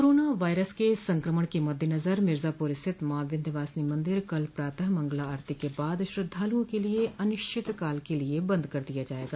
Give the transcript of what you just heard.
corona virus के संक्रमण के मद्देनजर मिर्जापुर स्थित माँ विन्ध्यवासिनी मन्दिर कल प्रातः मंगला आरती के बाद श्रद्वालुओं के लिये अनिश्चितकाल के लिये बंद कर दिया जायेगा